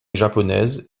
japonaise